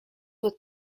with